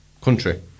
country